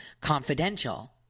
confidential